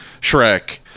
Shrek